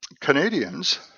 Canadians